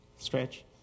Stretch